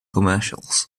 commercials